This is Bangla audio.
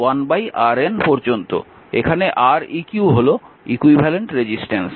এখানে Req হল ইকুইভ্যালেন্ট রেজিস্ট্যান্স